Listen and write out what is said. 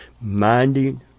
minding